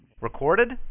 Recorded